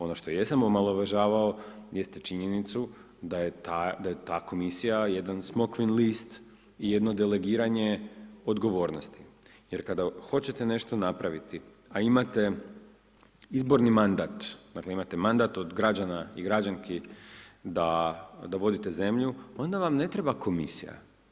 Ono što jesam omalovažavao jeste činjenicu da je ta komisija jedan smokvin list i jedno delegiranje odgovornosti jer kada hoćete nešto napraviti, a imate izborni mandat, dakle imate mandat od građana i građanki da vodite zemlju, onda vam ne treba komisija.